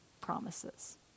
promises